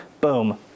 boom